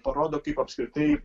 parodo kaip apskritai